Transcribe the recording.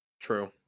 True